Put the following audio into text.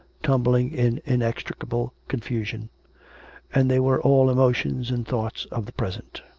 tumbling in inextricable confusion and they were all emotions and thoughts of the present